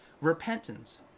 repentance